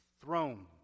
throne